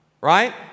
right